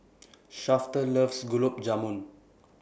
Shafter loves Gulab Jamun